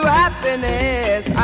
happiness